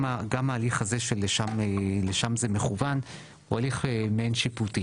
גם ההליך הזה שלשם זה מכוון, הוא הליך מעין שיפוטי